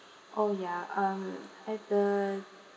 oh ya um at the